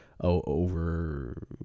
over